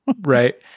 right